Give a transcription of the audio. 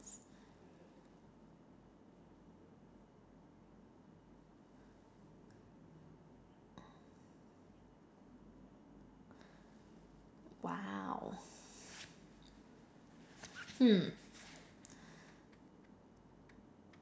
!wow! hmm